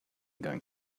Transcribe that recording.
going